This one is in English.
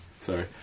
Sorry